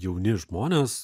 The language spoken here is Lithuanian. jauni žmonės